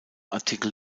artikel